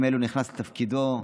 בימים אלו הוא נכנס לתפקידו בפועל.